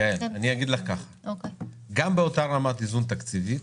יעל, אני אגיד לך כך, גם באותה רמת איזון תקציבית